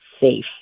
safe